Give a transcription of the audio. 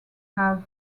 have